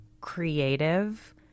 creative